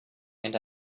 and